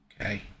Okay